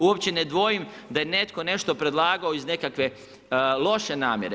Uopće ne dvojim da je netko nešto predlagao iz nekakve loše namjere.